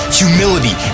humility